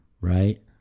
Right